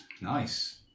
Nice